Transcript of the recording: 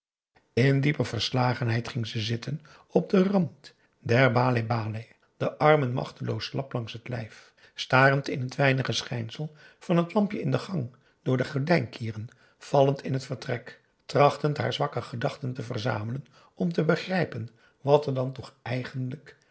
in diepe verslagenheid ging ze zitten op den rand der baleh-baleh de armen machteloos slap langs het lijf starend in het weinige schijnsel van het lampje in de gang door de gordijnkieren vallend in t vertrek trachtend haar zwakke gedachten te verzamelen om te begrijpen wat er dan toch eigenlijk